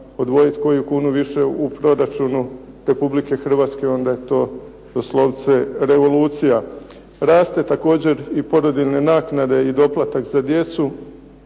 odvojit koju kunu više u proračunu Republike Hrvatske onda je to doslovce revolucija. Rastu također i porodiljne naknade i doplatak za djecu,